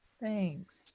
Thanks